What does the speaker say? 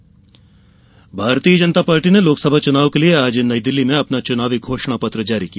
भाजपा संकल्प पत्र भारतीय जनता पार्टी ने लोकसभा चुनाव के लिए आज नई दिल्ली में अपना चुनावी घोषणा पत्र जारी किया